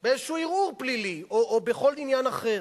באיזה ערעור פלילי או בכל עניין אחר.